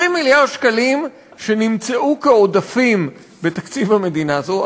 20 מיליארד שקלים שנמצאו כעודפים בתקציב המדינה הזו.